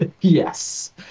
Yes